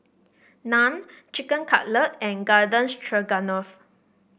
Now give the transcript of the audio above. Naan Chicken Cutlet and Garden Stroganoff